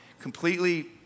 completely